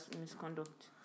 misconduct